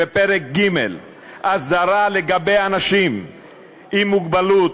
ופרק ג'; הסדרה לגבי אנשים עם מוגבלות